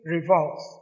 revolves